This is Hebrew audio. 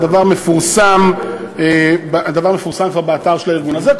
מדובר בשישה בתי-ספר בכל רחבי הארץ מתוך